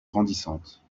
grandissante